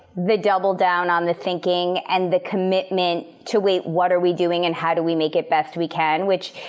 the double down on the thinking and the commitment to wait what are we doing and how do we make it best we can, which,